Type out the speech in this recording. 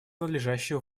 надлежащее